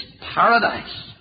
paradise